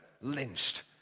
lynched